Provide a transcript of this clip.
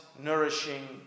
nourishing